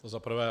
To za prvé.